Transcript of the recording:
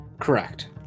Correct